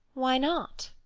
why not?